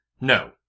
No